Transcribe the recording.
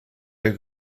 der